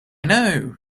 know